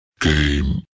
Game